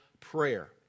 prayer